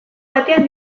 batean